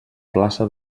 plaça